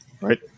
right